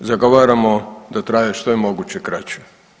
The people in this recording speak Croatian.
Mi zagovaramo da traje što je moguće kraće.